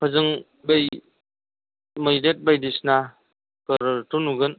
हजों दै मैदेर बायदिसिना फोरथ' नुगोन